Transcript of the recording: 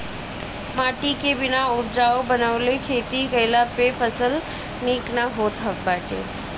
माटी के बिना उपजाऊ बनवले खेती कईला पे फसल निक ना होत बाटे